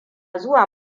zuwa